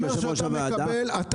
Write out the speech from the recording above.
הנושא: המשך הפעלת ההסעות למערכת החינוך.